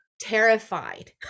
terrified